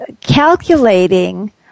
calculating